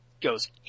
goes